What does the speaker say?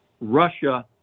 Russia